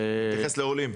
אני מתייחס לעולים.